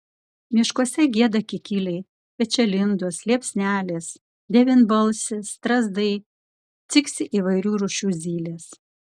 miškuose gieda kikiliai pečialindos liepsnelės devynbalsės strazdai ciksi įvairių rūšių zylės